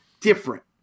different